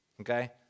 Okay